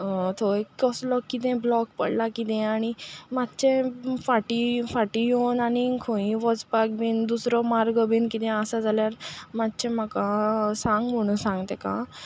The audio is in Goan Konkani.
थंय कसलो कितें ब्लॉक पडला कितें आनी मातशे फाटी फाटी येवन आनीक खंय वचपाक बीन दुसरो मार्ग बीन कितें आसा जाल्यार मातशे म्हाका सांग म्हणून सांग ताका